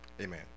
amen